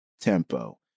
Tempo